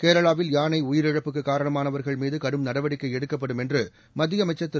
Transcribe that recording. கேரளாவில்யானை உயிரிழப்புக்கு காரணமானவர்கள் மீது கடும் நடவடிக்கை எடுக்கப்படும் என்று மத்திய அமைச்சர் திரு